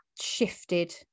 shifted